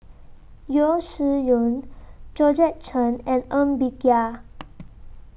Yeo Shih Yun Georgette Chen and Ng Bee Kia